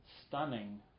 stunning